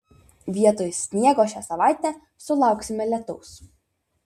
vietoj sniego šią savaitę sulauksime lietaus